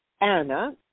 Anna